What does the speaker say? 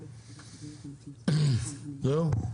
זהו?